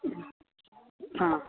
অঁ